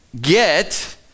get